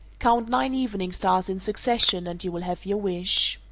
count nine evening stars in succession, and you will have your wish.